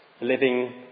Living